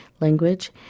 language